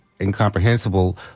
incomprehensible